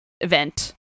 event